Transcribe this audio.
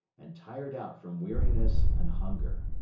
and tired out from weariness and hunger.